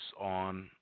on